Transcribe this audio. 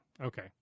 Okay